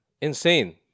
Insane